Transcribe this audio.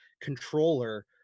controller